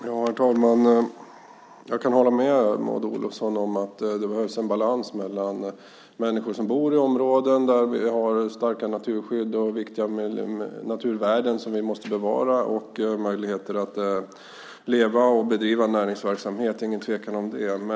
Herr talman! Jag kan hålla med Maud Olofsson om att det behövs en balans mellan de människor som bor i områden där vi har starkt naturskydd och viktiga naturvärden som vi måste bevara och möjligheter att leva och bedriva näringsverksamhet. Det är ingen tvekan om det.